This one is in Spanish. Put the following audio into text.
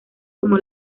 como